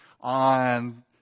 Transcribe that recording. on